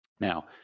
Now